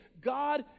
God